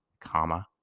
comma